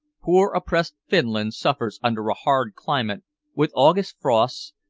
poor oppressed finland suffers under a hard climate with august frosts,